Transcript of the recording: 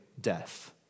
death